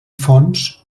fonts